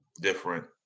different